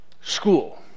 school